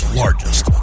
largest